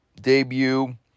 Debut